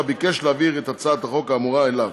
ביקש להעביר את הצעת החוק האמורה אליו.